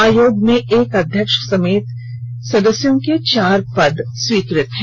आयोग में एक अध्यक्ष समेत सदस्य के चार पद स्वीकृत हैं